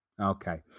Okay